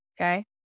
Okay